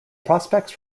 prospects